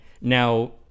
now